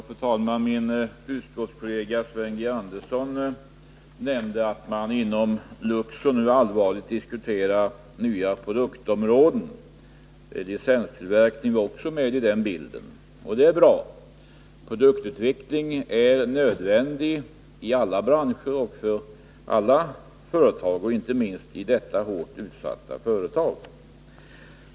Fru talman! Min utskottskollega Sven G. Andersson nämnde att Luxor nu allvarligt diskuterar nya produktområden. Licenstillverkning är då också med i bilden. Det är bra. Produktutveckling är nödvändig inom alla branscher och inom alla företag, inte minst i detta hårt utsatta företag.